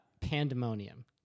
pandemonium